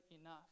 enough